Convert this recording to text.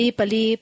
Pali